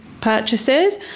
purchases